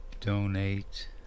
donate